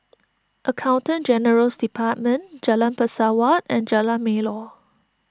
Accountant General's Department Jalan Pesawat and Jalan Melor